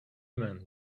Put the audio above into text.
men